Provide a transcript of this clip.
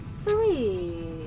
Three